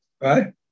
right